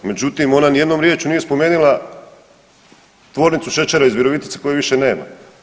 Međutim, ona ni jednom riječju nije spomenula tvornicu Šećera iz Virovitice koje više nema.